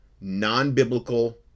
non-biblical